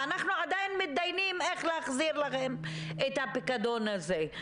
ואנחנו עדיין מתדיינים איך להחזיר להם את הפיקדון הזה.